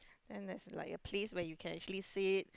and there is like a place where you can actually sit